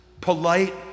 polite